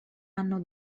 anno